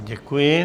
Děkuji.